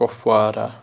Kupwara